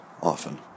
often